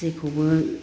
जेखौबो